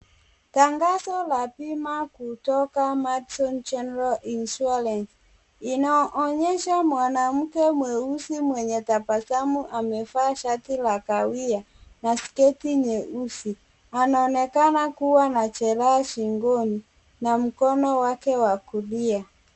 Tangazo la bima kutoka Madison General Insurance, inaonyesha mwanamke mweusi mwenye tabasamu, amevaa shati la kahawia na sketi nyeusi, anaonekana kuwa na jeraha shingoni na mkono wake wa kulia.